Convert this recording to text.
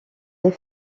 les